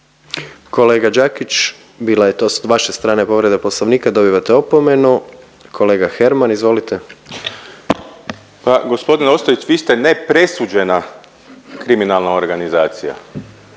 Kolega Đakić bila je to s vaše strane povreda Poslovnika, dobivate opomenu. Kolega Herman izvolite. **Herman, Mislav (HDZ)** Pa gospodine Ostojić vi ste nepresuđena kriminalna organizacija.